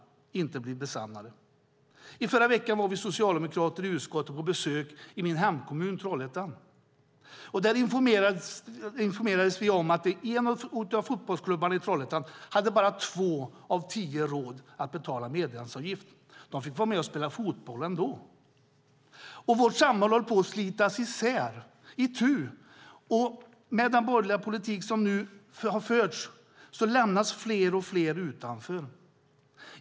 I förra veckan var vi socialdemokrater i utskottet på besök i min hemkommun Trollhättan. Där informerades vi om att i en av fotbollsklubbarna i Trollhättan hade bara två av tio råd att betala medlemsavgiften. De fick vara med och spela fotboll ändå. Vårt samhälle håller på att slitas isär, itu, och med den borgerliga politik som nu har förts lämnas fler och fler utanför.